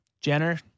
Jenner